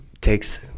takes